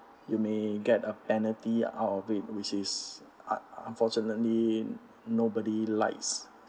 you may get a penalty out of it which is un~ unfortunately nobody likes